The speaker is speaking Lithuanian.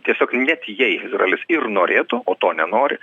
tiesiog net jei izraelis ir norėtų o to nenori